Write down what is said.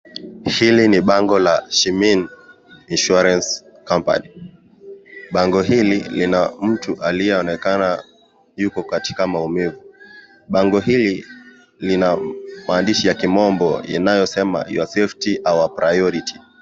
Hili ni bango la Shiminth insurance company . Bango hili Lina mtu aliyeonekana Yuko katika maumivu. Bango hili Lina maandishi ya kimombo inayosema Your safety our priority .